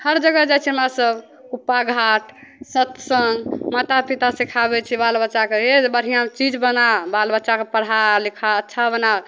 हर जगह जाइ छियै हमरा सब उप्पा घाट सत्सङ्ग माता पिता सिखाबय छै बाल बच्चाके हे बढ़िआँसँ चीज बना बाल बच्चाके पढ़ा लिखा अच्छा बना